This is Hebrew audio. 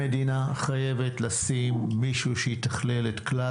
המדינה חייבת לשים מישהו שיתכלל את כלל